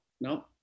no